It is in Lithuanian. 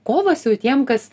kovas jau tiem kas